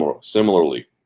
similarly